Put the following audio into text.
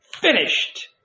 finished